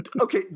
Okay